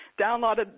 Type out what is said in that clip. downloaded